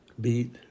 beat